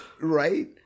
Right